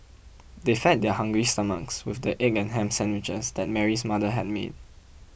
they fed their hungry stomachs with the egg and ham sandwiches that Mary's mother had made